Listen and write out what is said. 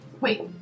wait